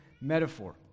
metaphor